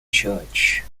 church